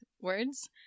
words